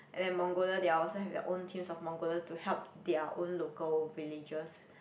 and then Mongolia they're also have a own team of Mongolia to help their own local villagers